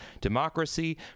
democracy